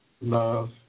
Love